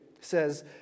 says